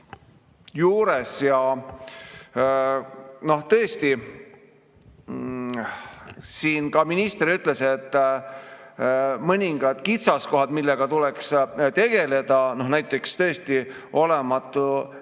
juures. Tõesti, siin ka minister ütles, et on mõningad kitsaskohad, millega tuleks tegeleda, näiteks olematu